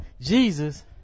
Jesus